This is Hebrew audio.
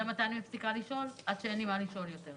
אני מפסיקה לשאול עד שאין לי מה לשאול יותר.